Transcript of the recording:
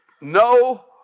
no